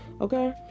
okay